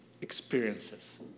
experiences